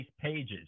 pages